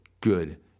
good